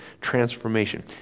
transformation